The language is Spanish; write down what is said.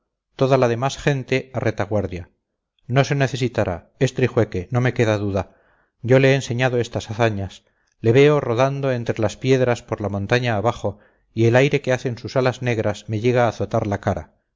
toda la demás gente a retaguardia no se necesitará es trijueque no me queda duda yo le he enseñado estas hazañas le veo rodando entre las piedras por la montaña abajo y el aire que hacen sus alas negras me llega a azotar la cara